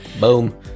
Boom